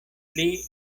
pli